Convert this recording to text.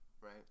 right